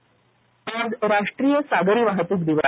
सागरी वाहतूक आज राष्ट्रीय सागरी वाहतूक दिवस